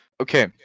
Okay